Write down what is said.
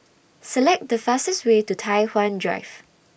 Select The fastest Way to Tai Hwan Drive